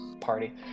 party